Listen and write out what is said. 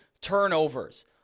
turnovers